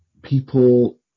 people